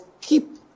keep